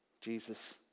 Jesus